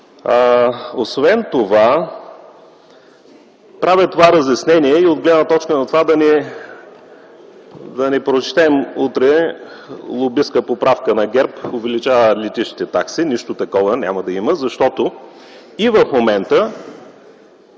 законопроект. Правя това разяснение и от гледна точка на това да не прочетем утре „лобистка поправка на ГЕРБ – увеличава летищните такси”. Нищо такова няма да има, защото и в момента